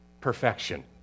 perfection